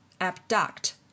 abduct